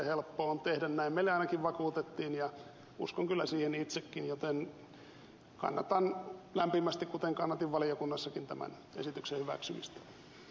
niin meille ainakin vakuutettiin ja uskon kyllä siihen itsekin joten kannatan lämpimästi kuten kannatin valiokunnassakin tämän esityksen hyväksymistä